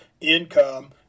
income